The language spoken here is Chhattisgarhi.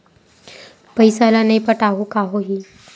पईसा ल नई पटाहूँ का होही?